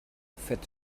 fett